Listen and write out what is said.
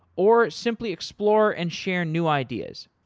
or simply explore and share new ideas.